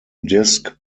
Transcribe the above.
disk